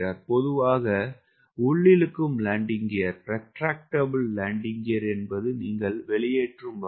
பொதுவாக உள்ளிழுக்கும் landing gear என்பது நீங்கள் வெளியேற்றும் வகையாகும்